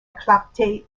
clarté